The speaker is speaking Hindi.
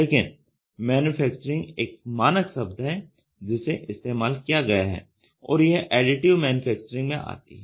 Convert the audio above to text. लेयर मैन्युफैक्चरिंग एक मानक शब्द है जिसे इस्तेमाल किया गया है और यह एडिटिव मैन्युफैक्चरिंग में आती है